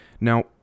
now